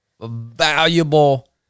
valuable